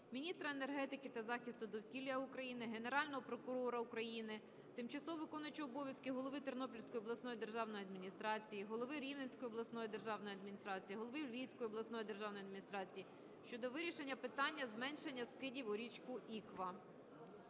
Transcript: міністра енергетики та захисту довкілля України, Генерального прокурора України, тимчасово виконуючого обов'язки голови Тернопільської обласної державної адміністрації, голови Рівненської обласної державної адміністрації, голови Львівської обласної державної адміністрації щодо вирішення питання зменшення скидів у річку Іква.